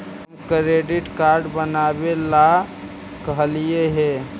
हम credit card बनावे ला कहलिऐ हे?